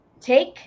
take